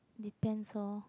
depends lor